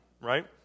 right